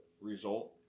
result